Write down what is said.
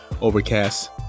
Overcast